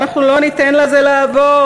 אנחנו לא ניתן לזה לעבור".